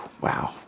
wow